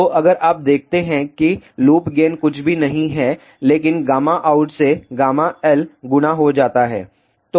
तो अगर आप देखते हैं कि लूप गेन कुछ भी नहीं है लेकिन गामा आउट से l गुणा हो जाता है